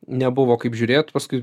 nebuvo kaip žiūrėt paskui